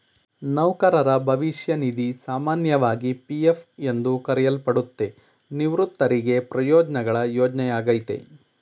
ನೌಕರರ ಭವಿಷ್ಯ ನಿಧಿ ಸಾಮಾನ್ಯವಾಗಿ ಪಿ.ಎಫ್ ಎಂದು ಕರೆಯಲ್ಪಡುತ್ತೆ, ನಿವೃತ್ತರಿಗೆ ಪ್ರಯೋಜ್ನಗಳ ಯೋಜ್ನೆಯಾಗೈತೆ